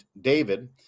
David